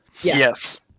Yes